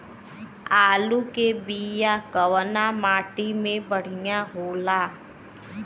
आलू के बिया कवना माटी मे बढ़ियां होला?